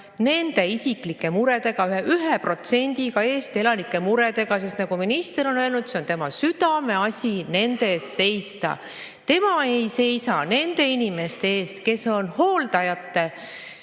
[homode] isiklike muredega, 1% Eesti elanike muredega, sest nagu minister on öelnud, on tema südameasi nende eest seista. Tema ei seisa nende inimeste eest, kes on hooldekodus,